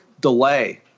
delay